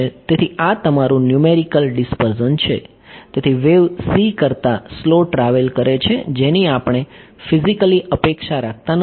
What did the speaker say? તેથી આ તમારું ન્યૂમેરિકલ ડીસ્પર્સન છે તેથી વેવ c કરતા સ્લો ટ્રાવેલ કરે છે જેની આપણે ફિઝિકલી અપેક્ષા રાખતા નથી